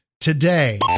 today